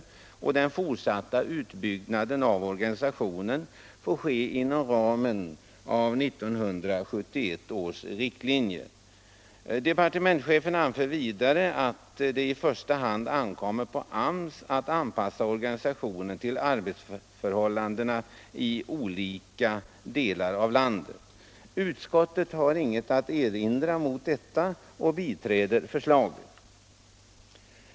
Den fortsatta utbyggnaden av organisationen får ske inom de ramar 1971 års riktlinjer angav. Departementschefen anför vidare att det i första hand ankommer på AMS att anpassa organisationen till arbetsmarknadsförhållandena i olika delar av landet. Utskottet har inget att erinra mot detta och biträder förslaget.